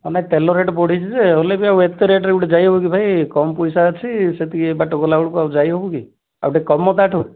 ନାଇଁ ତେଲ ରେଟ୍ ବଢ଼ିଛି ଯେ ହେଲେ ବି ଏତେ ରେଟ୍ରେ ଗୋଟେ ଯାଇ ହେବ କି ଭାଇ କମ୍ ପଇସା ଅଛି ସେତିକି ବାଟ ଗଲାବେଳକୁ ଆଉ ଯାଇ ହେବ କି ଆଉ ଟିକିଏ କମାଅ ତାଠୁ